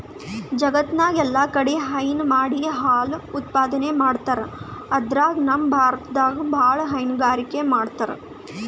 ಜಗತ್ತ್ನಾಗ್ ಎಲ್ಲಾಕಡಿ ಹೈನಾ ಮಾಡಿ ಹಾಲ್ ಉತ್ಪಾದನೆ ಮಾಡ್ತರ್ ಅದ್ರಾಗ್ ನಮ್ ಭಾರತದಾಗ್ ಭಾಳ್ ಹೈನುಗಾರಿಕೆ ಮಾಡ್ತರ್